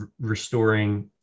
restoring